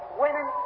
women